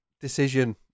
decision